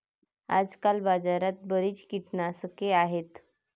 आजकाल बाजारात बरीच कीटकनाशके आहेत